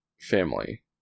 family